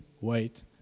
wait